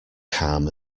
calm